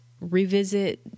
revisit